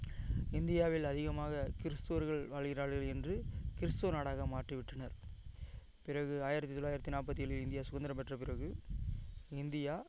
இந்தியாவில் அதிகமாக கிறிஸ்துவர்கள் வாழ்கிறார்கள் என்று கிறிஸ்துவ நாடாக மாற்றிவிட்டனர் பிறகு ஆயிரத்து தொள்ளாயிரத்து நாற்பத்தி ஏழில் இந்தியா சுதந்திரம் பெற்ற பிறகு இந்தியா